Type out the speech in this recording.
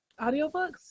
Audiobooks